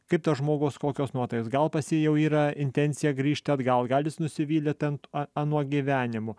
kaip tas žmogus kokios nuotaikos gal pas jį jau yra intencija grįžti atgal gal jis nusivylė ten anuo gyvenimu